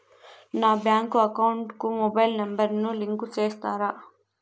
నా bank account కు mobile number ను లింకు చేస్తారా?